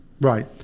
Right